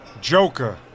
Joker